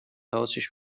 حواسش